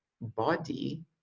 body